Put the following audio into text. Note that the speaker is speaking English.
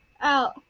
out